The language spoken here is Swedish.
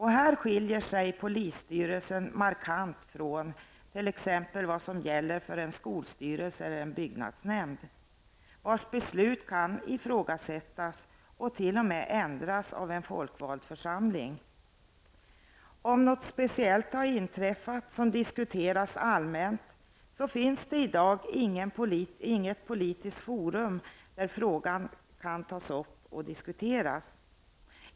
Här skiljer sig polisstyrelsen markant från vad som gäller t.ex. för en skolstyrelse eller en byggnadsnämnd, vars beslut kan ifrågasättas och t.o.m. ändras av en folkvald församling. Om något speciellt har inträffat som diskuteras allmänt, finns det i dag inget politiskt forum där frågan kan tas upp och diskuteras.